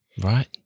Right